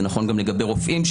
לגבי רופאים,